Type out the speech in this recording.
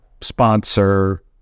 sponsor